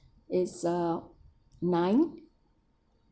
it's uh nine